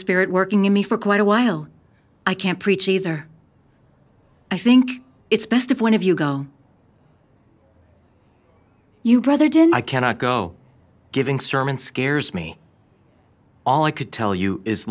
spirit working in me for quite a while i can't preach either i think it's best if one of you go you brother didn't i cannot go giving sermons scares me all i could tell you is